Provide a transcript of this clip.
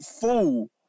fool